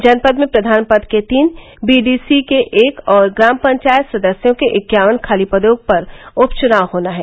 जनपद में प्रधान पद के तीन बीडीसी के एक और ग्राम पंचायत सदस्यों के इक्यावन खाली पदों पर उपचुनाव होना है